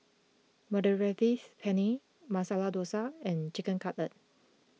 Mediterranean Penne Masala Dosa and Chicken Cutlet